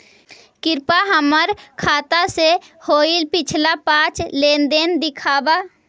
कृपा हमर खाता से होईल पिछला पाँच लेनदेन दिखाव